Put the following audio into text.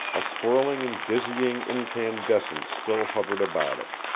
a swirling and dizzying incandescence still hovered about it.